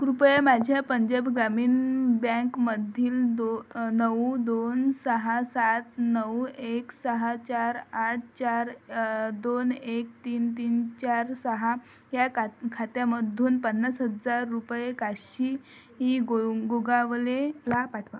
कृपया माझ्या पंजाब ग्रामीण बँकमधील दोन नऊ दोन सहा सात नऊ एक सहा चार आठ चार दोन एक तीन तीन चार सहा या कात् खात्यामधून पन्नास हजार रुपये काशी ही गों गोगावलेला पाठवा